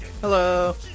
hello